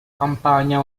campagna